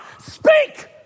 speak